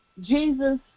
Jesus